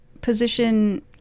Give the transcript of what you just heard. position